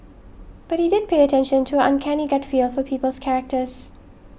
but he did pay attention to her uncanny gut feel for people's characters